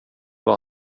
vad